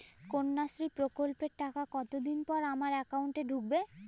কন্যাশ্রী প্রকল্পের টাকা কতদিন পর আমার অ্যাকাউন্ট এ ঢুকবে?